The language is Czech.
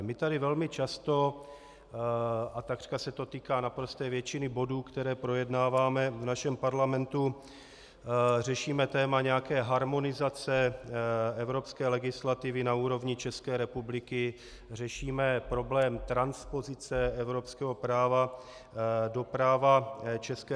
My tady velmi často, a takřka se to týká naprosté většiny bodů, které projednáváme v našem parlamentu, řešíme téma nějaké harmonizace evropské legislativy na úrovni ČR, řešíme problém transpozice evropského práva do práva ČR.